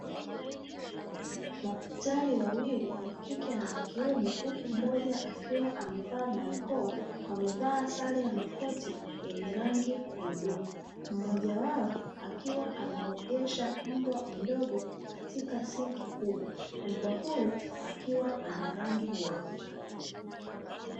Madaktari wawili wa kike na wa kiume huku mmoja akiwa amevaa barakoa wamevaa sare ya makoti yenye rangi ya bluu. Mmoja wao akiwa anamuogesha mbwa mdogo katika sinki kubwa. Mbwa huyu akiwa ana rangi nyeupe.